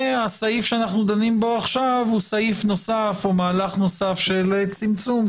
והסעיף שאנחנו דנים בו עכשיו הוא סעיף נוסף או מהלך נוסף של צמצום,